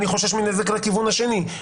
אני חושש מנזק לכיוון השני.